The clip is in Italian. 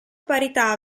parità